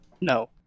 No